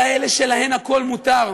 כאלה שלהן הכול מותר.